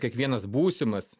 kiekvienas būsimas